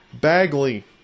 Bagley